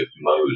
mode